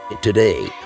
today